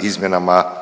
izmjenama